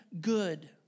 good